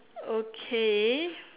okay